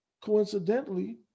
coincidentally